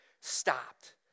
stopped